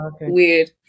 weird